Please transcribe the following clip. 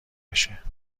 بشه